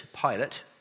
Pilate